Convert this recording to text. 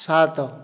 ସାତ